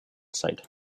site